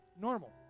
normal